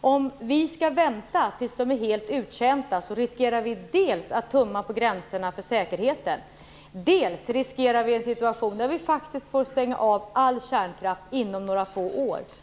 Om vi skall vänta tills de är helt uttjänta riskerar vi dels att vi tummar på gränserna för säkerheten, dels en situation där vi faktiskt inom några få år får stänga av all kärnkraft.